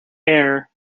air